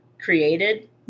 created